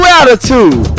attitude